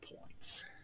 points